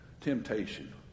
Temptation